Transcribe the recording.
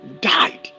died